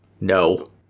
no